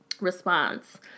response